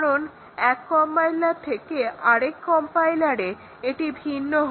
কারণ এক কম্পাইলার থেকে অপর কম্পাইলারে এটি ভিন্ন হয়